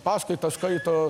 paskaitas skaito